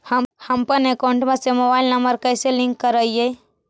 हमपन अकौउतवा से मोबाईल नंबर कैसे लिंक करैइय?